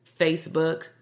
Facebook